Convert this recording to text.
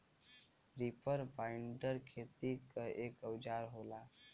reaper binder खेती क एक औजार होला